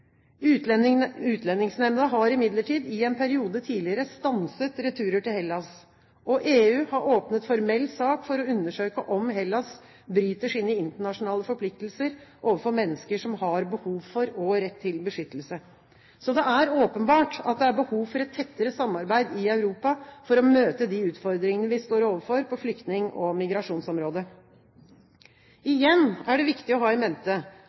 om asyl. Utlendingsnemnda har imidlertid i en periode tidligere stanset returer til Hellas. EU har åpnet formell sak for å undersøke om Hellas bryter sine internasjonale forpliktelser overfor mennesker som har behov for og rett til beskyttelse. Så det er åpenbart at det er behov for et tettere samarbeid i Europa for å møte de utfordringene vi står overfor på flyktning- og migrasjonsområdet. Igjen er det viktig å ha in mente